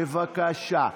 בבקשה.